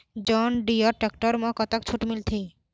John Deere tractor म कतक छूट मिलथे?